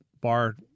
bar